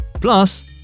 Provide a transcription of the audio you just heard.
Plus